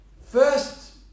First